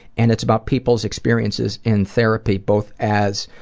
and it's about people's experiences in therapy, both as